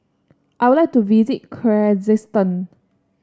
I would like to visit Kyrgyzstan